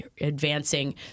advancing